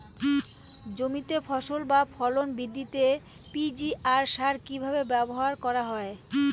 জমিতে ফসল বা ফলন বৃদ্ধিতে পি.জি.আর সার কীভাবে ব্যবহার করা হয়?